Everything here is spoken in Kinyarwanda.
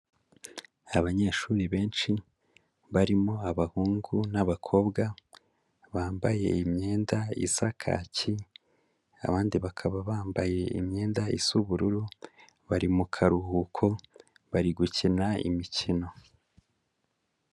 Abanyeshuri benshi barimo abahungu n'abakobwa bambaye imyenda isa kaki abandi bakaba bambaye imyenda isa ubururu, bari mu karuhuko bari gukina imikino.